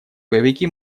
боевики